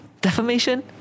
defamation